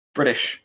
British